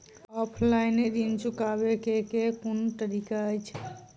Offline ऋण चुकाबै केँ केँ कुन तरीका अछि?